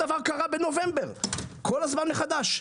אותו דבר קרה בנובמבר, כל פעם מחדש.